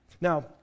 Now